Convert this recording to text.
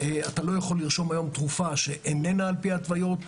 ואתה לא יכול לרשום תרופה שאיננה על פי ההתוויות.